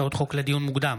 הצעות חוק לדיון מוקדם,